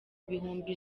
bihumbi